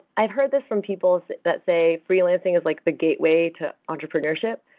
i've heard this from people that say freelancing is like the gateway to entrepreneurship,